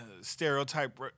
stereotype